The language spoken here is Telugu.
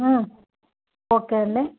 ఓకే అండి